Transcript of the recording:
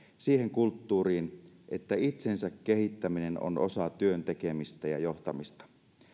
siihen kulttuuriin että itsensä kehittäminen on osa työn tekemistä ja johtamista